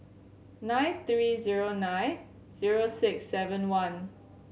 nine three zero nine zero six seven one